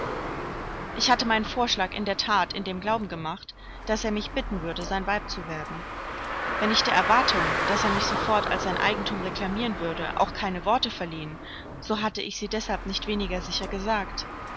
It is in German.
ich hatte meinen vorschlag in der that in dem glauben gemacht daß er mich bitten würde sein weib zu werden wenn ich der erwartung daß er mich sofort als sein eigentum reklamieren würde auch keine worte verliehen so hatte ich sie deshalb nicht weniger sicher gesagt